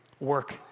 work